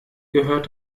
gehört